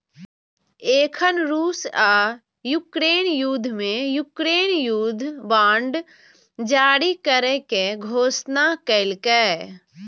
एखन रूस आ यूक्रेन युद्ध मे यूक्रेन युद्ध बांड जारी करै के घोषणा केलकैए